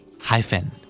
hyphen